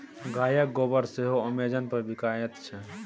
गायक गोबर सेहो अमेजन पर बिकायत छै